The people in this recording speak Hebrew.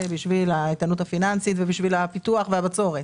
בשביל האיתנות הפיננסית ובשביל הפיתוח והבצורת,